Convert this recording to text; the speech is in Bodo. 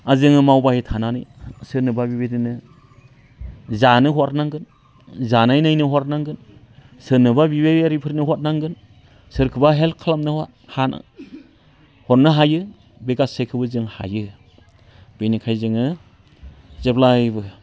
आरो जोङो मावबाय थानानै सोरनोबा बिबायदिनो जानो हरनांगोन जानाय नायनो हरनांगोन सोरनोबा बिबायारिफोरनो हरनांगोन सोरखोबा हेल्प खालामनोब्ला हरनो हायो बे गासैखोबो जों हायो बिनिखायनो जोङो जेब्लायबो